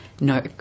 No